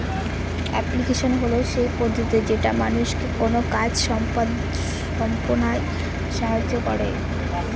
application হল সেই পদ্ধতি যেটা মানুষকে কোনো কাজ সম্পদনায় সাহায্য করে